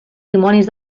dimonis